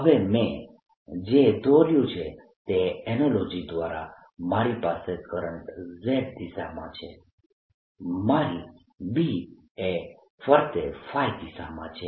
હવે મેં જે દોર્યું છે તે એનાલોજી દ્વારા મારી પાસે કરંટ z દિશામાં છે મારી B એ ફરતે દિશામાં છે